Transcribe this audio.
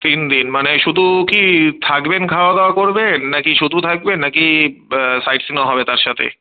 তিন দিন মানে শুধু কি থাকবেন খাওয়া দাওয়া করবেন না কি শুধু থাকবেন না কি সাইট সিইংও হবে তার সাথে